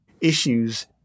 issues